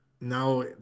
now